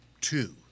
two